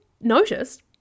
noticed